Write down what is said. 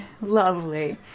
Lovely